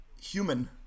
human